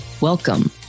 Welcome